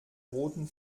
roten